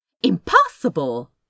Impossible